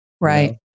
Right